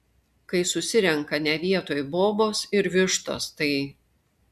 kai susirenka ne vietoj bobos ir vištos tai